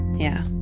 yeah